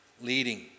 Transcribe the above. leading